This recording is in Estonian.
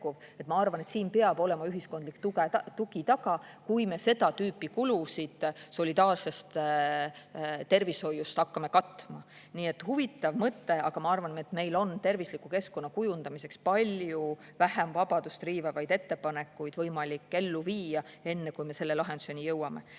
ma arvan, et siin peab olema ühiskondlik tugi taga, kui me seda tüüpi kulusid solidaarsest tervishoiust hakkame katma. Nii et huvitav mõte, aga ma arvan, et meil on tervisliku keskkonna kujundamiseks palju vähem vabadust riivavaid ettepanekuid võimalik ellu viia, enne kui me selle lahenduseni jõuame.